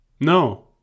No